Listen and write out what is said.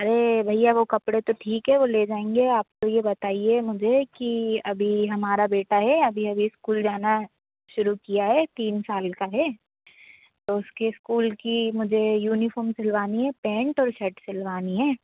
अरे भैया वो कपड़े तो ठीक है वो ले जाएंगे आप तो ये बताइए मुझे कि अभी हमारा बेटा है अभी अभी स्कूल जाना शुरू किया है तीन साल का है तो उसकी स्कूल की मुझे यूनिफॉम सिलवानी है पेन्ट और शर्ट सिलवानी है